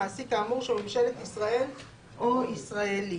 מעסיק כאמור שהוא ממשלת ישראל או ישראלי,